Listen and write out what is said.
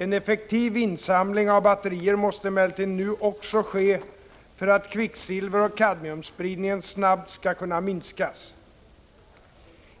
En effektiv insamling av batterier måste emellertid nu också ske för att kvicksilveroch kadmiumspridningen snabbt skall kunna minskas.